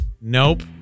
nope